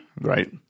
Right